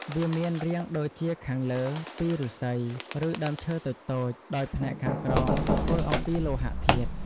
វាមានរាងដូចជាខាងលើពីឫស្សី ឬដើមឈើតូចៗ ដោយផ្នែកខាងក្រោមធ្វើអំពីលោហធាតុ។